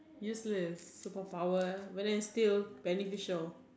useless superpower but then still beneficial